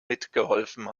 mitgeholfen